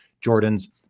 Jordan's